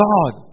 God